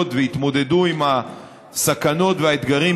בלילות ויתמודדו עם הסכנות והאתגרים